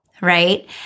right